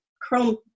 Chrome